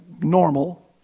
normal